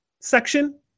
section